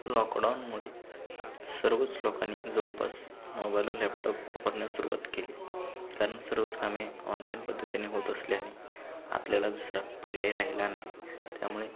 लॉकडाऊनमुळे सर्वच लोकांनी जवळपास मोबाईल व लॅपटॉप वापरण्यास सुरुवात केली कारण सर्वच कामे ऑनलाईन पद्धतीने होत असल्याने आपल्याला दुसरा पर्याय राहिला नाही त्यामुळे